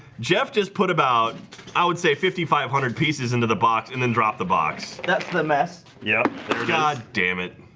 jeff just put about i would say fifty five hundred pieces into the box and then drop the box. that's the mess yeah god damnit